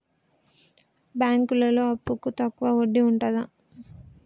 బ్యాంకులలో అప్పుకు తక్కువ వడ్డీ ఉంటదా?